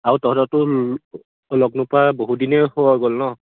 আৰু তহঁতকতো লগ নোপোৱা বহুদিনেই হৈ গ'ল ন